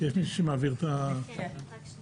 אנחנו נרוץ עם רקע